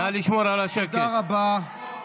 תודה רבה.